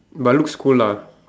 but looks cool lah